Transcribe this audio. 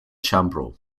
ĉambro